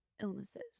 illnesses